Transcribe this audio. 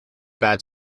bad